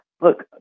look